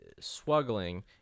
swuggling